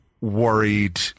worried